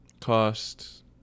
Cost